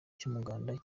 cy’umuganda